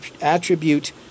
attribute